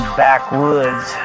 backwoods